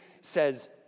says